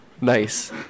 nice